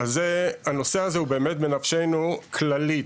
הנושא הזה הוא באמת בנפשנו כללית,